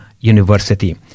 University